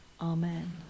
Amen